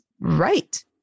right